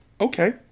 Okay